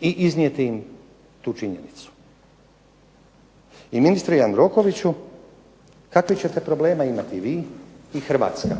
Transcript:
i iznijeti im tu činjenicu. I ministre Jandrokoviću, kakvih ćete problema imati vi i Hrvatska